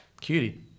cutie